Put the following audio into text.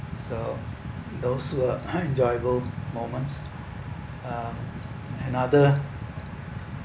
so those were enjoyable moments uh another